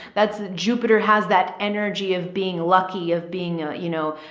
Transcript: that's jupiter has that energy of being lucky of being a, you know,